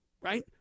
right